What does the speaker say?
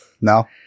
No